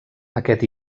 aquest